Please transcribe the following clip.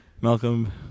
Malcolm